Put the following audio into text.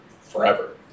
forever